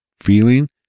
feeling